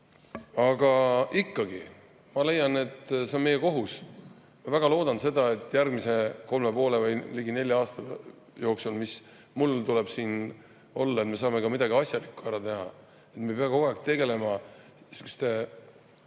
Aga ikkagi ma leian, et see on meie kohus. Väga loodan seda, et järgmise kolme ja poole või ligi nelja aasta jooksul, mis mul tuleb siin olla, me saame ka midagi asjalikku ära teha, et me ei pea kogu aeg tegelema minu